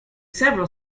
several